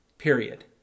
period